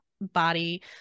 body